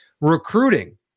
Recruiting